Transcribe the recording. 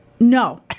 No